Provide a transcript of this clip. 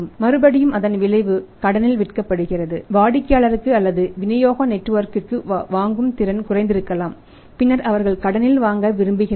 மறுபடியும் அதன் விளைவு கடனில் விற்கப்படுகிறது வாடிக்கையாளருக்கு அல்லது விநியோக நெட்வொர்க்க்கு வாங்கும் திறன் குறைந்திருக்கலாம் பின்னர் அவர்கள் கடனில் வாங்க விரும்புகிறார்கள்